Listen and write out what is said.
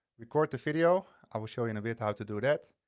record the video. i will show you in a bit how to do that.